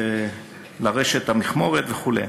לרשת, למכמורת וכו'.